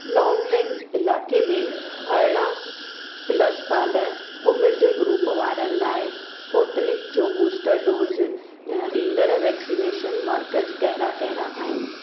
लोंगलेंग इलाइक़े में अरड़हं प्लस साल उमिरि जे ग्रुप वारनि लाइ स्पुतनिक जो बूस्टर डोज़ ॾींदड़ वैक्सिनेशन मर्कज़ कहिड़ा कहिड़ा आहिनि